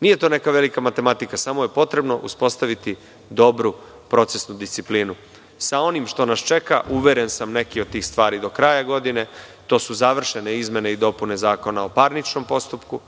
Nije to neka velika matematika. Samo je potrebno uspostaviti dobru procesnu disciplinu. Sa onim što nas čeka uveren sad neke od tih stvari do kraja godine će biti. Upravo su završene izmene i dopune Zakona o parničnom postupku